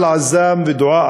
תירגע ותבוא.